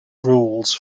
rules